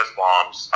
bombs